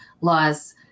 laws